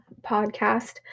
podcast